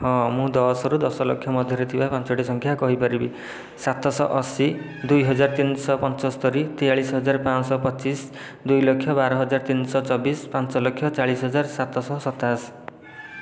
ହଁ ମୁଁ ଦଶରୁ ଦଶ ଲକ୍ଷ ମଧ୍ୟରେ ଥିବା ପାଞ୍ଚୋଟି ସଂଖ୍ୟା କହି ପାରିବି ସାତଶହ ଅଶୀ ଦୁଇ ହଜାର ତିନିଶହ ପଞ୍ଚସ୍ତୋରି ତେୟାଳିଶ ହଜାର ପାଞ୍ଚଶହ ପଚିଶ ଦୁଇ ଲକ୍ଷ ବାର ହଜାର ତିନିଶହ ଚବିଶ ପାଞ୍ଚ ଲକ୍ଷ ଚାଳିଶ ହଜାର ସାତଶହ ସତାଅଶୀ